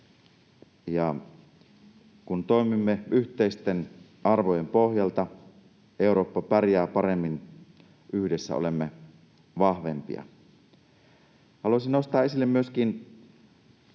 Kun toimimme yhteisten arvojen pohjalta, Eurooppa pärjää paremmin — yhdessä olemme vahvempia. Haluaisin nostaa esille myöskin